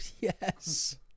Yes